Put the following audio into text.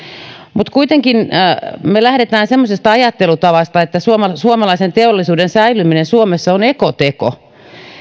mutta kuitenkin me lähdemme semmoisesta ajattelutavasta että suomalaisen teollisuuden säilyminen suomessa on ekoteko